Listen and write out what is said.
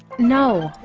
no,